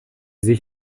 sich